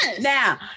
Now